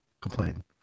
complain